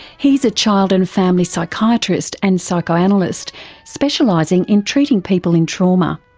he is a child and family psychiatrist and psychoanalyst specialising in treating people in trauma.